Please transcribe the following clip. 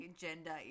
gender